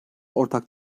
ortak